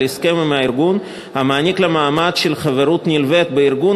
הסכם עם הארגון המעניק לה מעמד של חברות נלווית בארגון,